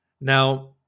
Now